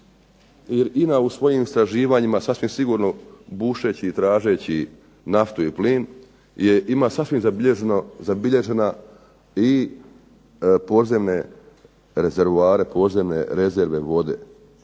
jer INA u svojim istraživanjima bušeći tražeći naftu i plin ima zabilježena i podzemne rezervoare, podzemne rezerve vode.